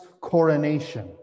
coronation